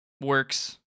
works